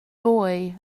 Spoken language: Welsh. fwy